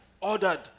ordered